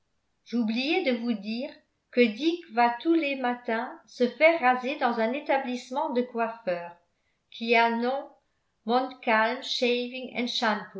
j'oubliais de vous dire que dick va tous les matins se faire raser dans un établissement de coiffeur qui a nom montcalm